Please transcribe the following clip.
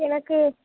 எனக்கு